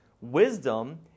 Wisdom